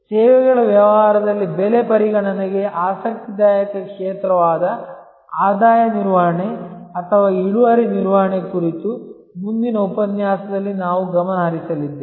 ಸೇವೆಗಳ ವ್ಯವಹಾರದಲ್ಲಿ ಬೆಲೆ ಪರಿಗಣನೆಗೆ ಆಸಕ್ತಿದಾಯಕ ಕ್ಷೇತ್ರವಾದ ಆದಾಯ ನಿರ್ವಹಣೆ ಅಥವಾ ಇಳುವರಿ ನಿರ್ವಹಣೆ ಕುರಿತು ಮುಂದಿನ ಉಪನ್ಯಾಸದಲ್ಲಿ ನಾವು ಗಮನ ಹರಿಸಲಿದ್ದೇವೆ